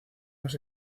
los